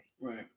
Right